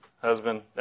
husband